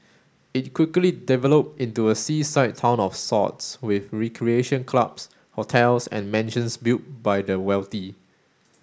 it quickly developed into a seaside town of sorts with recreation clubs hotels and mansions built by the wealthy